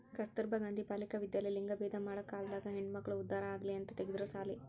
ಕಸ್ತುರ್ಭ ಗಾಂಧಿ ಬಾಲಿಕ ವಿದ್ಯಾಲಯ ಲಿಂಗಭೇದ ಮಾಡ ಕಾಲ್ದಾಗ ಹೆಣ್ಮಕ್ಳು ಉದ್ದಾರ ಆಗಲಿ ಅಂತ ತೆಗ್ದಿರೊ ಸಾಲಿ